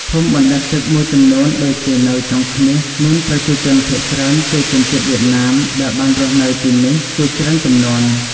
ភូមិបណ្ដែតទឹកមួយចំនួនដូចជានៅចុងឃ្នៀសមានប្រជាជនភាគច្រើនជាជនជាតិវៀតណាមដែលបានរស់នៅទីនេះជាច្រើនជំនាន់។